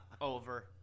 over